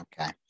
Okay